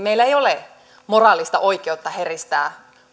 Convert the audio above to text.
meillä ei ole moraalista oikeutta heristää